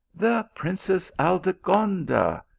the princess aldegonda!